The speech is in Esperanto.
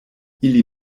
ili